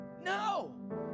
No